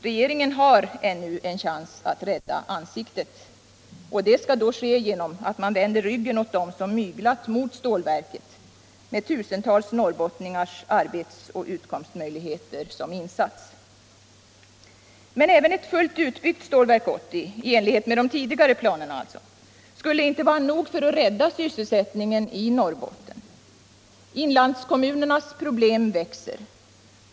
Regeringen har ännu en chans att rädda ansiktet. Det skall då ske genom att man vänder ryggen åt dem som myglat med stålverket med tusentals norrbottningars arbetsoch utkomstmöjligheter som insats. Men inte ens ett fullt utbyggt Stålverk 80 i enlighet med de tidigare planerna skulle vara nog för att rädda sysselsättningen i Norrbotten. Inlandskommunernas problem växer.